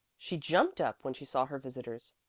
she jumped up when she saw her visitors.